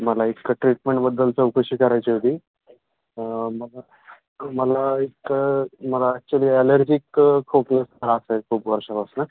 मला एका ट्रीटमेंटबद्दल चौकशी करायची होती मला मला एक मला ॲक्च्युली ॲलर्जिक खोकल्याचा त्रास आहे खूप वर्षापासनं